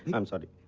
i'm sorry.